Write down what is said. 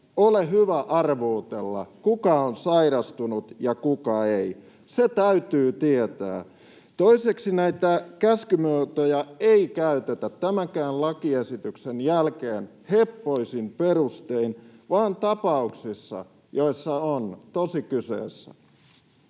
ole hyvä arvuutella, kuka on sairastunut ja kuka ei — se täytyy tietää. Toiseksi näitä käskymuotoja ei käytetä tämänkään lakiesityksen jälkeen heppoisin perustein, vaan tapauksissa, joissa on tosi kyseessä.